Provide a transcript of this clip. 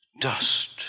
dust